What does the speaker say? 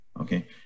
Okay